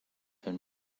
been